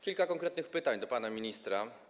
Kilka konkretnych pytań do pana ministra.